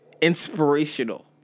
inspirational